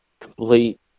complete